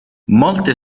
molte